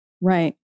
Right